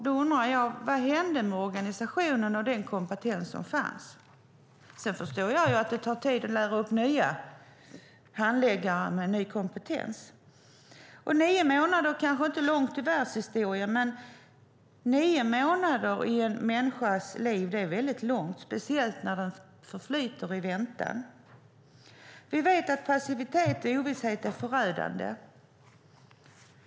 Då undrar jag: Vad hände med organisationen och den kompetens som fanns? Sedan förstår jag att det tar tid att lära upp nya handläggare med ny kompetens. Nio månader kanske inte är en lång tid i världshistorien, men det är en väldigt lång tid i en människas liv, speciellt när tiden förflyter i väntan. Vi vet att passivitet och ovisshet är förödande.